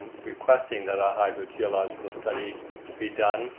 requesting that a hydrogeological study be done.